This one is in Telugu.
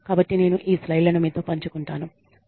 కాబట్టి నేను ఈ స్లైడ్లను మీతో పంచుకుంటాను